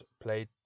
played